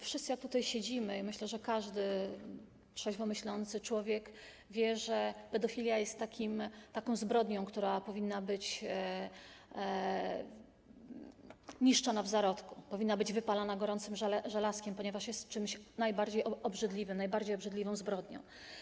Wszyscy jak tutaj siedzimy, wiemy, i myślę, że każdy trzeźwo myślący człowiek wie, że pedofilia jest zbrodnią, która powinna być niszczona w zarodku, powinna być wypalana gorącym żelazem, ponieważ jest czymś najbardziej obrzydliwym, jest najbardziej obrzydliwą zbrodnią.